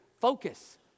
Focus